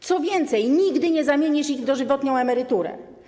Co więcej, nigdy nie zamienisz ich w dożywotnią emeryturę.